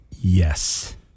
yes